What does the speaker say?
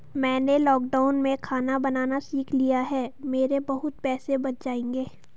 मैंने लॉकडाउन में खाना बनाना सीख लिया है, मेरे बहुत पैसे बच जाएंगे